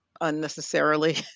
unnecessarily